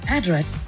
Address